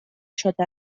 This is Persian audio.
شده